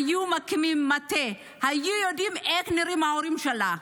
היו מקימים מטה, היו יודעים איך נראים ההורים שלה,